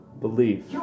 Belief